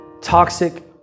toxic